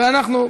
ואנחנו,